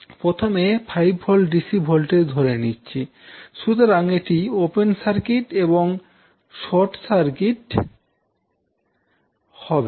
প্রথমে 5 V DC voltage ধরে নিচ্ছি সুতরাং এটি ওপেন সার্কিট এবং এটি শর্ট সার্কিট হবে